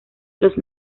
los